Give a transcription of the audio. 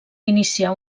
iniciar